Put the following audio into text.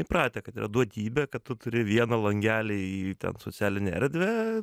įpratę kad yra duotybė kad tu turi vieną langelį į ten socialinę erdvę